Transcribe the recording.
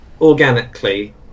organically